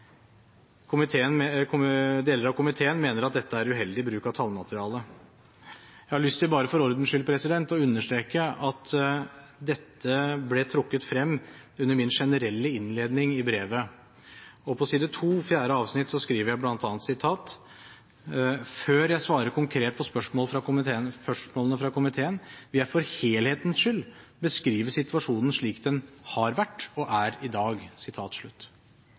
Deler av komiteen mener at dette er uheldig bruk av tallmateriale. Jeg har lyst til, bare for ordens skyld, å understreke at dette ble trukket frem under min generelle innledning i brevet. Og på side 2, fjerde avsnitt, skriver jeg bl.a.: «Før jeg svarer konkret på spørsmålene fra komiteen, vil jeg for helhetens skyld beskrive situasjonen slik den har vært og er i dag».